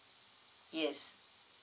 yes